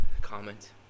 Comment